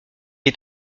est